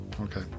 Okay